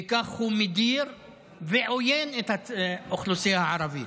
וכך הוא מדיר ועוין את האוכלוסייה הערבית,